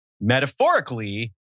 metaphorically